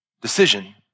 decision